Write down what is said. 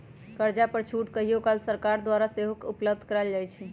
कर्जा पर छूट कहियो काल सरकार द्वारा सेहो उपलब्ध करायल जाइ छइ